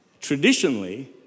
Traditionally